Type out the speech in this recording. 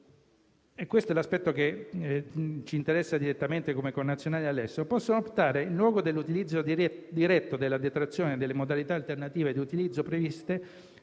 - è l'aspetto che ci interessa direttamente come connazionali all'estero - possono optare, in luogo dell'utilizzo diretto della detrazione, per le modalità alternative di utilizzo previste,